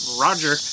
Roger